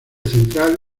central